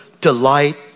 delight